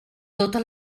tota